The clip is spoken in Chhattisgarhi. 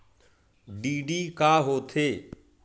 डी.डी का होथे?